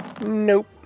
Nope